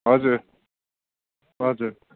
हजुर हजुर